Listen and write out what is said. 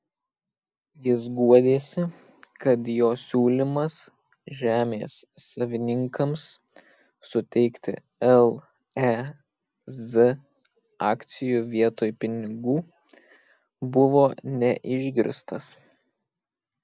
jis guodėsi kad jo siūlymas žemės savininkams suteikti lez akcijų vietoj pinigų buvo neišgirstas